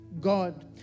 God